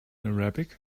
arabic